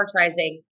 advertising